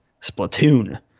Splatoon